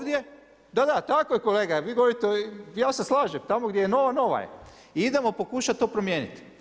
Da, da, tako je kolega vi govorite ja slažem tamo gdje je nova, nova je i idemo pokušati to promijeniti.